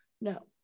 no